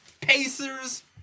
Pacers